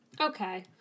Okay